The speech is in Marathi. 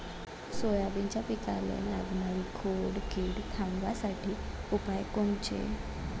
सोयाबीनच्या पिकाले लागनारी खोड किड थांबवासाठी उपाय कोनचे?